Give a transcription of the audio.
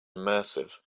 immersive